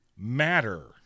matter